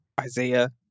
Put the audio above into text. Isaiah